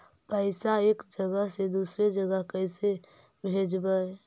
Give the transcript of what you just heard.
पैसा एक जगह से दुसरे जगह कैसे भेजवय?